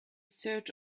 search